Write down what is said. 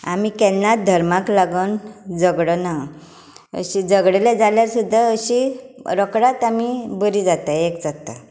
आमी केन्नाच धर्माक लागून झगडना अशें झगडले जाल्यार सुद्दां अशी रोकडींच आमी बरी जातात एक जाता